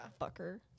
Fucker